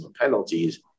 penalties